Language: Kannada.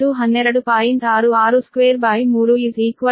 6623 160